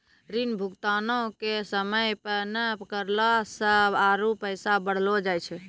ऋण भुगतानो के समय पे नै करला से आरु पैसा बढ़लो जाय छै